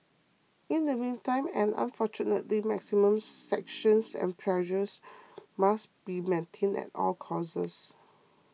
in the meantime and unfortunately maximum sanctions and pressure must be maintained at all costs